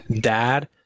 dad